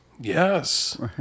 yes